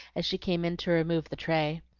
as she came in to remove the tray.